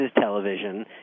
television